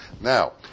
Now